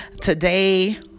Today